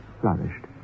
flourished